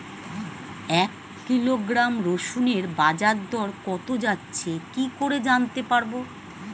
এক কিলোগ্রাম রসুনের বাজার দর কত যাচ্ছে কি করে জানতে পারবো?